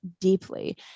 deeply